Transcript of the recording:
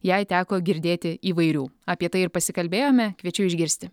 jai teko girdėti įvairių apie tai ir pasikalbėjome kviečiu išgirsti